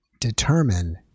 determine